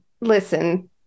listen